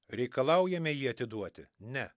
reikalaujame jį atiduoti ne